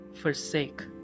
forsake